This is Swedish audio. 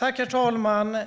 Herr talman!